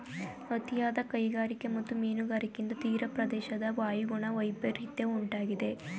ಅತಿಯಾದ ಕೈಗಾರಿಕೆ ಮತ್ತು ಮೀನುಗಾರಿಕೆಯಿಂದ ತೀರಪ್ರದೇಶದ ವಾಯುಗುಣ ವೈಪರಿತ್ಯ ಉಂಟಾಗಿದೆ